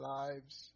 lives